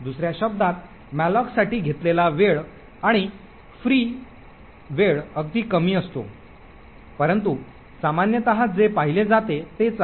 दुसऱ्या शब्दांत मॅलोकसाठी घेतलेला वेळ आणि विनामूल्य वेळ अगदी कमी असतो परंतु सामान्यत जे पाहिले जाते तेच आहे